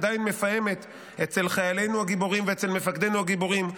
עדיין מפעמת אצל חיילינו הגיבורים ואצל מפקדינו הגיבורים,